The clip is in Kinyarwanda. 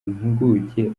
impuguke